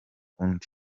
undi